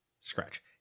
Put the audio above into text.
scratch